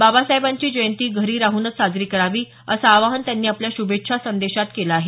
बाबासाहेबांची जयंती घरी राहूनच साजरी करावी असं आवाहन त्यांनी आपल्या शुभेच्छा संदेशात म्हटलं आहे